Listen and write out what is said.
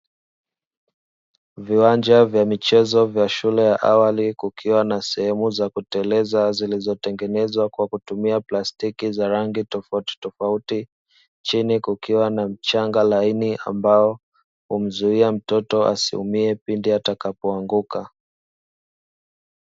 Viwanja vya michezo vya shule ya awali kukiwa na sehemu za kutekeleza zilizotengenezwa kwa kutumia plastiki za rangi tofautitofauti, chini kukiwa na mchanga laini ambao humzuia mtoto asiumie pindi atakapoanguka.